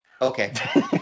Okay